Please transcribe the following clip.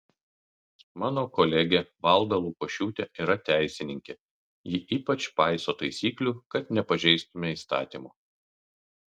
mano kolegė valda lukošiūtė yra teisininkė ji ypač paiso taisyklių kad nepažeistume įstatymo